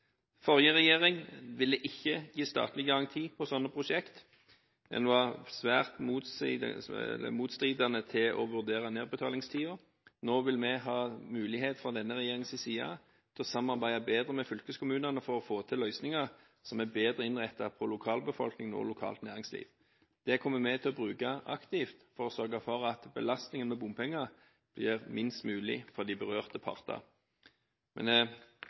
Forrige regjering ville ikke gi statlig garanti til sånne prosjekt, men var svært motvillig til å vurdere nedbetalingstiden. Nå vil vi fra regjeringens side ha mulighet til å samarbeide bedre med fylkeskommunene for å få til løsninger som er bedre innrettet for lokalbefolkningen og lokalt næringsliv. Det kommer vi til å bruke aktivt for å sørge for at belastningen med bompenger blir minst mulig for de berørte